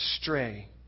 stray